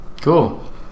Cool